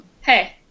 hey